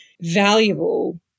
valuable